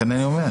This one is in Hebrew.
לכן אני אומר.